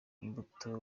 imbuto